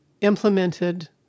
implemented